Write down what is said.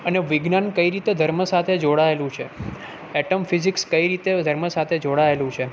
અને વિજ્ઞાન કઈ રીતે ધર્મ સાથે જોડાએલું છે એટમ ફિઝિક્સ કઈ રીતે ધર્મ સાથે જોડાએલું છે